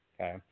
Okay